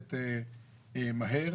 עובדת מהר.